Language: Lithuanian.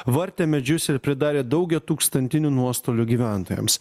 vartė medžius ir pridarė daugiatūkstantinių nuostolių gyventojams